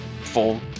full